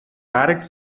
barracks